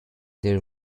their